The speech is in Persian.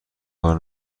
کار